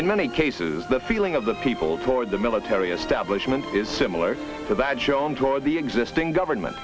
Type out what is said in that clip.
in many cases the feeling of the people toward the military establishment is similar to that shown to or the existing government